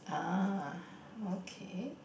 ah okay